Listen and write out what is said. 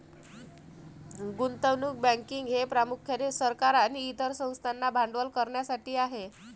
गुंतवणूक बँकिंग हे प्रामुख्याने सरकार आणि इतर संस्थांना भांडवल करण्यासाठी आहे